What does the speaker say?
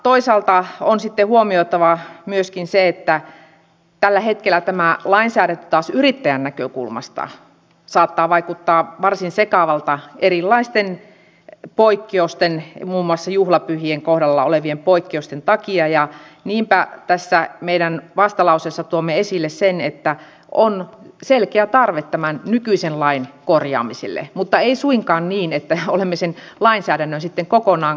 toisaalta on sitten huomioitava myöskin se että tällä hetkellä tämä lainsäädäntö taas yrittäjän näkökulmasta saattaa vaikuttaa varsin sekavalta erilaisten poikkeusten muun muassa juhlapyhien kohdalla olevien poikkeusten takia ja niinpä tässä meidän vastalauseessamme tuomme esille sen että on selkeä tarve tämän nykyisen lain korjaamiselle mutta ei suinkaan niin että olemme sen lainsäädännön sitten kokonaan kumoamassa